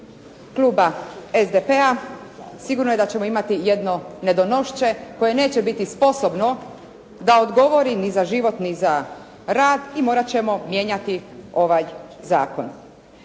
kluba SDP-a sigurno je da ćemo imati jedno nedonošće koje neće biti sposobno da odgovori ni za život ni za rad i morat ćemo mijenjati ovaj zakon.